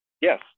Yes